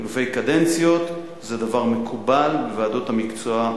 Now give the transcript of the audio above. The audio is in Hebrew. חילופי קדנציות זה דבר מקובל בוועדות המקצוע כולן.